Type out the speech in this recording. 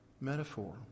metaphor